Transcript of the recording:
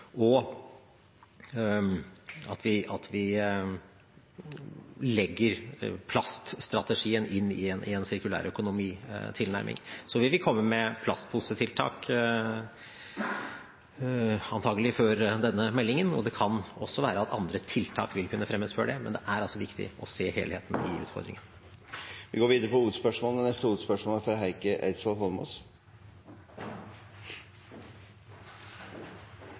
og at vi legger plaststrategien inn i en sirkulærøkonomitilnærming. Så vil vi komme med plastposetiltak – antagelig før denne meldingen. Det kan også være at andre tiltak vil kunne fremmes før det, men det er viktig å se helheten i denne saken. Vi går til neste hovedspørsmål. Når jeg hører Vidar Helgesen snakke om plast, er